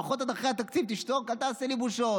לפחות עד אחרי התקציב תשתוק, אל תעשה לי בושות.